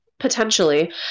potentially